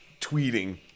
tweeting